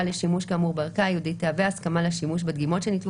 לשימוש כאמור בערכה הייעודית תהווה הסכמה לשימוש בדגימות שניטלו